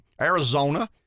arizona